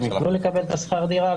הם יוכלו לקבל את שכר הדירה,